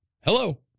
Hello